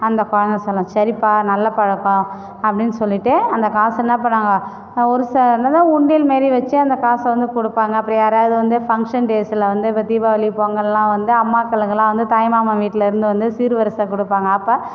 அந்த குழந்த சொல்லும் சரிப்பா நல்ல பழக்கம் அப்படினு சொல்லிட்டு அந்த காசை என்ன பண்ணுவாங்க ஒரு சான்னதா உண்டியல் மாதிரி வச்சு அந்த காசை வந்து கொடுப்பாங்க அப்புறம் யாராவது வந்து ஃபங்க்ஷன் டேஸில் வந்து இப்போ தீபாவளி பொங்கல்லாம் வந்து அம்மாங்களுக்குலாம் வந்து தாய்மாமன் வீட்லேருந்து வந்து சீர் வரிசை கொடுப்பாங்க அப்போ